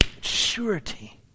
Surety